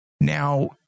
Now